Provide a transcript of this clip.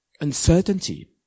uncertainty